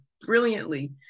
brilliantly